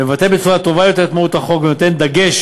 מבטא בצורה טובה יותר את מהות החוק ונותן דגש